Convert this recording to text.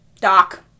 Doc